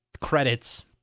credits